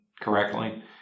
correctly